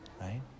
Right